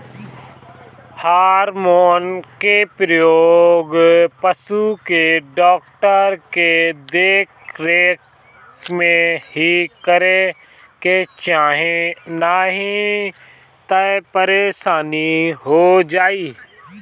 hormone के प्रयोग पशु के डॉक्टर के देख रेख में ही करे के चाही नाही तअ परेशानी हो जाई